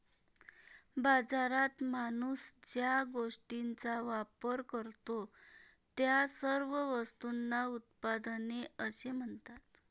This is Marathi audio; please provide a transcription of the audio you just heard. बाजारात माणूस ज्या गोष्टींचा वापर करतो, त्या सर्व वस्तूंना उत्पादने असे म्हणतात